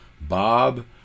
Bob